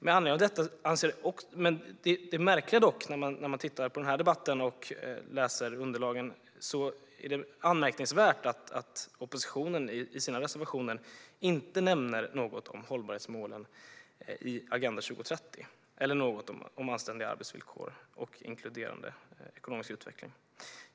Med anledning av detta är det när man lyssnar till den här debatten och läser underlagen dock märkligt och anmärkningsvärt att oppositionen i sina reservationer inte nämner något om hållbarhetsmålen i Agenda 2030 eller om anständiga arbetsvillkor och en inkluderande ekonomisk utveckling.